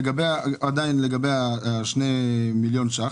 לגבי שני מיליון ש"ח